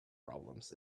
problems